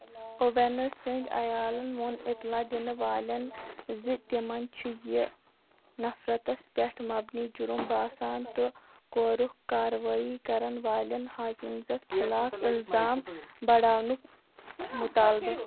اوویٚنز سٕنٛدِ عیالن ووٚن اِطلاع دِنہٕ والیٚن زِ تِمن چھُ یہِ نفرَتس پیٚٹھ مبنی جُرُم باسان تہٕ کوٚرُکھ کارٕوٲیی کَرن والیٚن ہاکِنٛزَس خٕلاف اِلزام بَڑاونُک مُطالبہٕ